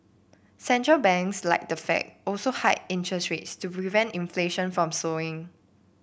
central banks like the Fed also hiked interest rates to prevent inflation from soaring